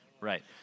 right